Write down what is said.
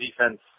defense